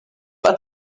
pas